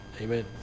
Amen